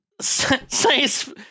say